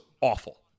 awful